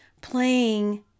playing